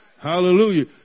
Hallelujah